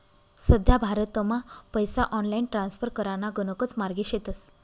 सध्या भारतमा पैसा ऑनलाईन ट्रान्स्फर कराना गणकच मार्गे शेतस